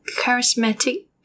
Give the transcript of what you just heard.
charismatic